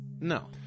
No